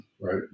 Right